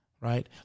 Right